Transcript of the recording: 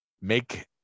make